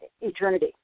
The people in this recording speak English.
eternity